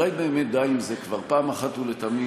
אולי באמת די עם זה כבר פעם אחת ולתמיד.